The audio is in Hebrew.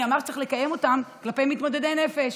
מי אמר שצריך לקיים אותם כלפי מתמודדי נפש?